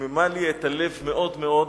חיממה לי את הלב מאוד מאוד.